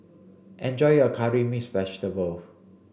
enjoy your curry mixed vegetable